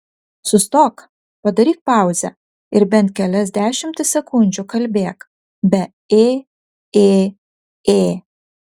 sustok padaryk pauzę ir bent kelias dešimtis sekundžių kalbėk be ė ė ė